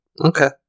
okay